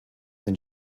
than